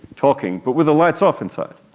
talking, but with the lights off inside,